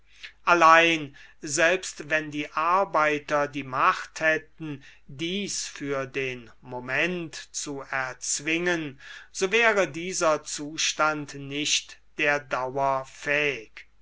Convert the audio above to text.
allein selbst wenn die arbeiter die macht hätten dies für den moment zu erzwingen so wäre dieser zustand nicht der dauer fähig